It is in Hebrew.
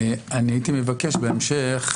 אני הייתי מבקש בהמשך,